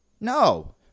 no